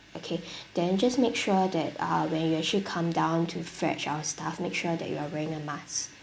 okay then just make sure that uh when you actually come down to fetch our staff make sure that you are wearing a mask